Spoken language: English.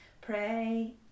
pray